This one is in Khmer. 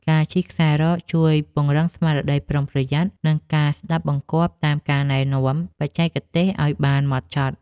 ការជិះខ្សែរ៉កជួយពង្រឹងស្មារតីប្រុងប្រយ័ត្ន និងការស្ដាប់បង្គាប់តាមការណែនាំបច្ចេកទេសឱ្យបានម៉ត់ចត់។